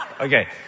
Okay